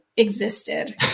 Existed